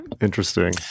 Interesting